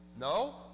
No